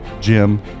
Jim